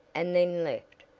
and then left,